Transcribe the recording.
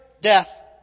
death